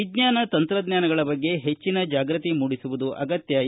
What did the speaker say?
ವಿಜ್ವಾನ ತಂತ್ರಜ್ವಾನಗಳ ಬಗ್ಗೆ ಹೆಚ್ಚಿನ ಜಾಗೃತಿ ಮೂಡಿಸುವುದು ಅಗತ್ಯವಾಗಿದ್ದು